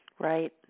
Right